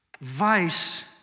vice